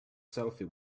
selfie